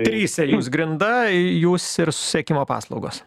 trise jūs grinda jūs ir susisiekimo paslaugos